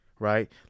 Right